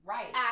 Right